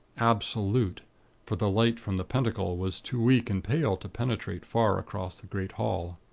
absolute for the light from the pentacle was too weak and pale to penetrate far across the great hall.